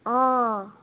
অঁ